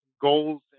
goals